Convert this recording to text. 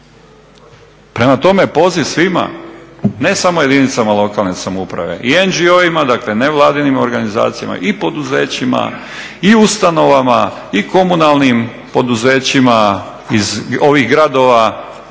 Prema tome, poziv svima, ne samo jedinicama lokalne samouprave, i NGO, dakle nevladinim organizacijama, i poduzećima, i ustanovama, i komunalnim poduzećima iz ovih gradova